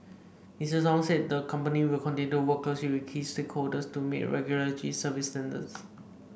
Mister Tong said the company will continue to work closely with key stakeholders to meet regulatory service standards